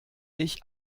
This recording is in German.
ich